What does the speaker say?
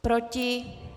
Proti?